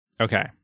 Okay